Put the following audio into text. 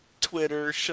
Twitter